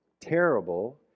terrible